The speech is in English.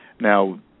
Now